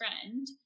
friend